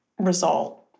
result